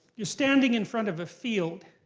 you're standing in front of a field.